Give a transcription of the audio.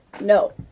No